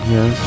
Yes